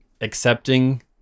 accepting